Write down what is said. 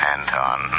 Anton